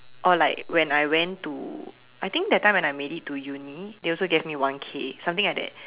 or like when I went to uni I think that time when I made it to uni they also gave me one K something like that